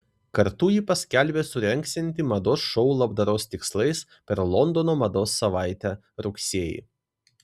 kartu ji paskelbė surengsianti mados šou labdaros tikslais per londono mados savaitę rugsėjį